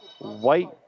white